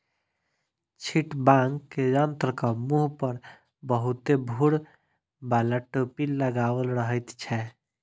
छिटबाक यंत्रक मुँह पर बहुते भूर बाला टोपी लगाओल रहैत छै